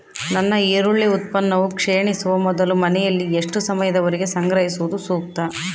ನನ್ನ ಈರುಳ್ಳಿ ಉತ್ಪನ್ನವು ಕ್ಷೇಣಿಸುವ ಮೊದಲು ಮನೆಯಲ್ಲಿ ಎಷ್ಟು ಸಮಯದವರೆಗೆ ಸಂಗ್ರಹಿಸುವುದು ಸೂಕ್ತ?